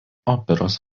operos